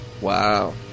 Wow